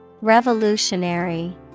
Revolutionary